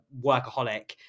workaholic